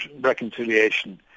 Reconciliation